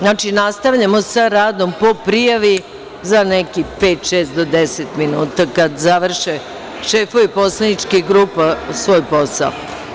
Znači, nastavljamo sa radom po prijavi za nekih pet, šest, do 10 minuta kada završe šefovi poslaničkih grupa svoj posao.